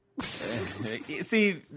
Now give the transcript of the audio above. See